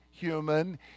human